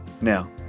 Now